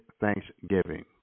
thanksgiving